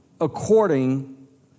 according